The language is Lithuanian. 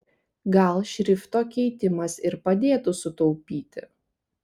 gal šrifto keitimas ir padėtų sutaupyti